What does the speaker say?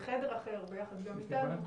בחדר אחר, ביחד גם איתם.